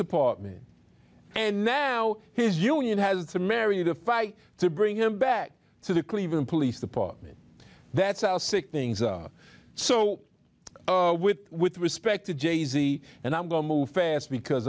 department and now his union has to marry to fight to bring him back to the cleveland police department that's our sick things are so with with respect to jay z and i'm going move fast because